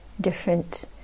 different